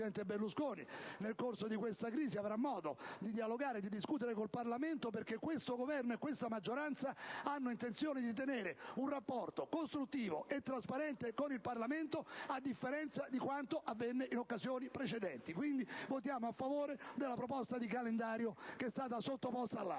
presidente Berlusconi nel corso di questa crisi avrà modo di dialogare e discutere con il Parlamento, perché questo Governo e questa maggioranza hanno intenzione di tenere un rapporto costruttivo e trasparente con il Parlamento, a differenza di quanto avvenne in occasioni precedenti. Voteremo pertanto a favore della proposta di calendario sottoposta all'Aula